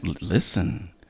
Listen